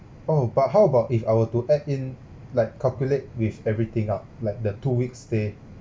oh but how about if I were to add in like calculate with everything up like the two weeks stay